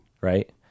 Right